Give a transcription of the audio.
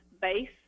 base